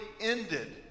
ended